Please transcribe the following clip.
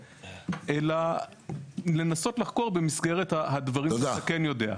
אלא לנסות לחקור במסגרת הדברים שאתה כן יודע.